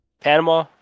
Panama